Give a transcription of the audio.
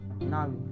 Now